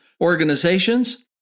organizations